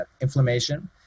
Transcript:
inflammation